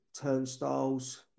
turnstiles